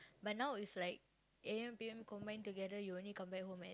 but now it's like A_M P_M combine together you only come back home at